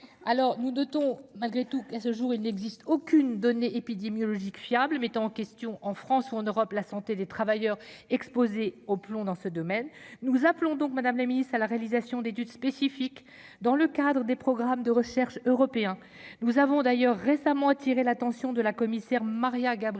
Alors nous ton malgré tout qu'à ce jour il n'existe. Aucune donnée épidémiologique fiable mettant en question en France ou en Europe, la santé des travailleurs exposés au plomb dans ce domaine, nous appelons donc Madame la Ministre à la réalisation d'études spécifiques dans le cadre des programmes de recherche européens, nous avons d'ailleurs récemment attiré l'attention de la commissaire Maria Gabriel